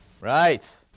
Right